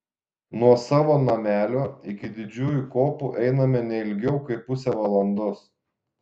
nuo savo namelio iki didžiųjų kopų einame ne ilgiau kaip pusę valandos